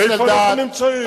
איפה אנחנו נמצאים?